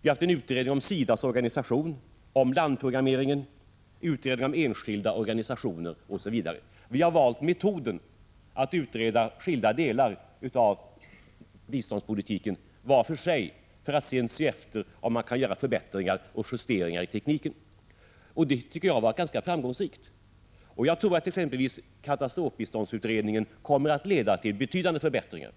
Vi har haft en utredning om SIDA:s organisation, om landprogrammeringen, om enskilda organisationer osv. Vi har valt metoden att utreda skilda delar av biståndspolitiken var för sig för att sedan se efter om man kan göra förbättringar och justeringar i tekniken. Det tycker jag har varit ganska framgångsrikt. Jag tror att exempelvis katastrofbiståndsutredningen kommer att leda till betydande förbättringar,